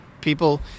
people